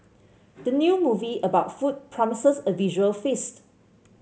the new movie about food promises a visual feast